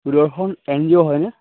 সুদৰ্শন N G O হয়নে